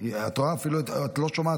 והתחילו לצוץ